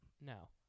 No